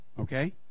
Okay